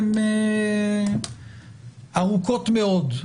הן ארוכות מאוד,